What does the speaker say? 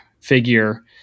figure